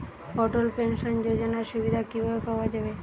অটল pension যোজনার সুবিধা কি ভাবে পাওয়া যাবে?